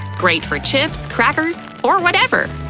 great for chips, crackers, or whatever.